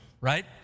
right